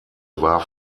war